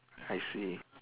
I see